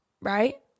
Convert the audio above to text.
right